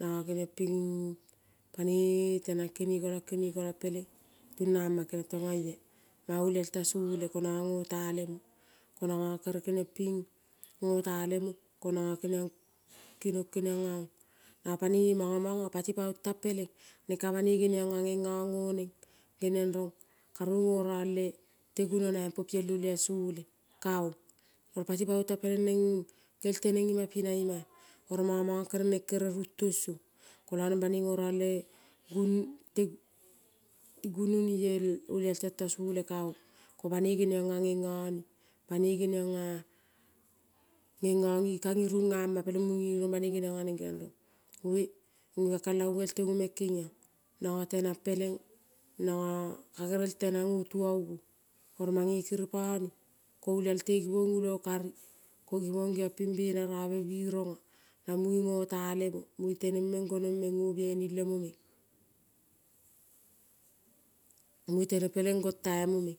Nongo keniong ping pane tenang kene kolong kenekolong, peleng tungama keniong tong oeia manga, olial tasole konanga ngota lemo konongo kere keniong ping ngota lemo konongo keniong kinong keniong, ea ong nongo mongo mongo pati paong tang peleng neng ka banoi geniongea, ngengo ngo neng geniong rong kaneng ngo rong lete gunonoi po piel olial sole kaong. Oro pati paong tang peleng neng gerel teneng ima-ea pinaimaea mango, neng kere ningtong song koio neng banoi ngo rong gunte gunoni el olial tento sole kaong. Ko banoi geniongea ngengone, banoi geniong nga ka ningeama peleng munge, ginong banoi geniong ea neng rong onge, ngonge kakelango tengo meng keniong. Nongo tenang peleng nongo kagerel tenang ngo tuoi nong, oro mange kiri pone ko olial te gibing ulo kari ko te gibong bena robe birongo na munge, ngo tale mo ngi teneng meng gonong meng ngo bihainim lemo meng munge, teneng peleng gong tai mo meng